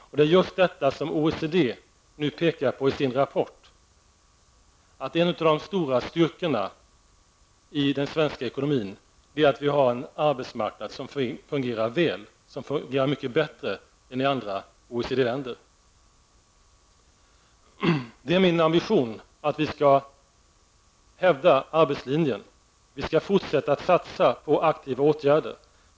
OECD pekar nu också i sin senaste rapport på att en av de stora styrkorna i den svenska ekonomin är att vi har en arbetsmarknad som fungerar väl och som fungerar mycket bättre än i andra OECD-länder. Det är min ambition att vi skall hävda arbetslinjen. Vi skall fortsätta att satsa på aktiva åtgärder.